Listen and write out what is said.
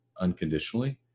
unconditionally